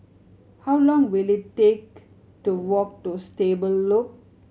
how long will it take to walk to Stable Loop